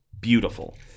beautiful